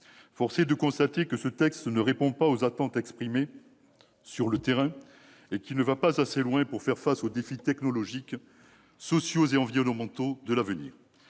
Force est de constater que ce projet de loi ne répond pas aux attentes exprimées sur le terrain et qu'il ne va pas assez loin pour répondre aux défis technologiques, sociaux et environnementaux de l'avenir.